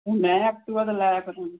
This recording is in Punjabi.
ਹੁਣ ਮੈਂ ਐਕਟੀਵਾ 'ਤੇ ਲੈ ਆਇਆ ਕਰਾਂਗੀ